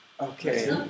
Okay